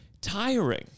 tiring